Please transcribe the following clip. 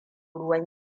ruwan